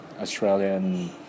Australian